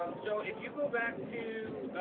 um so if you go back to,